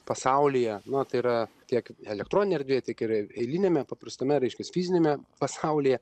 pasaulyje na tai yra tiek elektroninėj erdvėj tiek ir eiliniame paprastame reiškias fiziniame pasaulyje